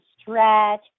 stretch